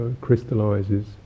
crystallizes